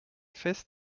fest